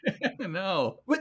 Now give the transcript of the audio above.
No